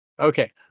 Okay